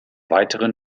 weitere